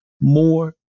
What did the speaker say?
more